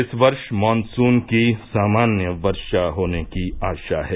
इस वर्ष मॉनसून की सामान्य वर्षा होने की आशा है